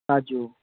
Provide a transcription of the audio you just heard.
কাজু